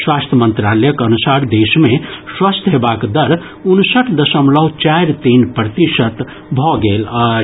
स्वास्थ्य मंत्रालयक अनुसार देश मे स्वस्थ हेबाक दर उनसठ दशमलव चारि तीन प्रतिशत भऽ गेल अछि